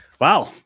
Wow